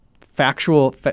factual